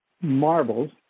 marbles